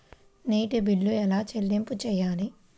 నీటి బిల్లు ఎలా చెల్లింపు చేయాలి?